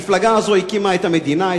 המפלגה הזאת הקימה את המדינה,